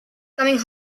coming